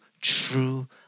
true